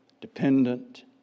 dependent